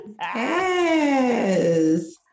Yes